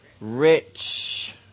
rich